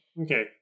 Okay